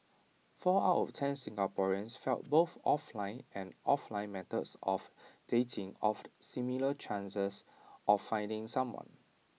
four out of ten Singaporeans felt both offline and offline methods of dating offered similar chances of finding someone